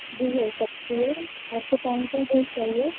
جی ہو سکتی ہے آپ کو کون سا کیک چاہیے